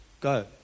Go